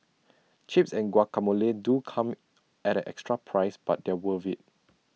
chips and guacamole do come at an extra price but they're worth IT